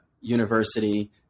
university